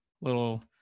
little